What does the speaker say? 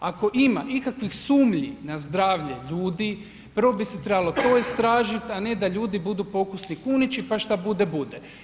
Ako ima ikakvih sumnji na zdravlje ljudi, prvo bi se trebalo to istražiti, a ne da ljudi budu pokusni kunići, pa što bude bude.